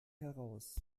heraus